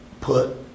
put